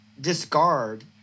discard